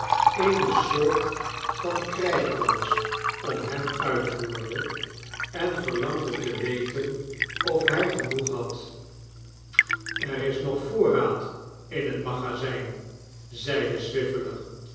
eene soort van krijgsdans om hem uitvoerde en verlangde te weten of hij genoeg had er is nog voorraad in het magazijn zeide